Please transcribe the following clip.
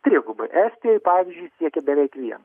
trigubai estijoj pavyzdžiui siekia beveik vieną